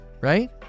right